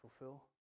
fulfill